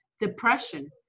depression